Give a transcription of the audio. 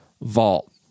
vault